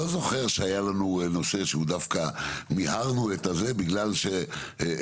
לא זוכר שהיה לנו נושא שדווקא מיהרנו את הזה בגלל שהמשחק